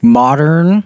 modern